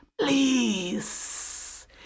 Please